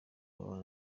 abana